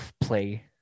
play